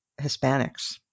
Hispanics